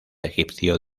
egipcio